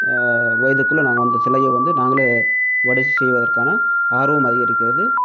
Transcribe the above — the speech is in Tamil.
வயதுக்குள்ள நாங்கள் வந்து சிலையை வந்து நாங்களே உடச்சி செய்வதற்கான ஆர்வம் அதிகரிக்கிறது